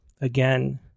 again